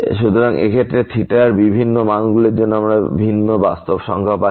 সুতরাং এখানে থিটার বিভিন্ন মানগুলির জন্য আমরা ভিন্ন বাস্তব সংখ্যা পাচ্ছি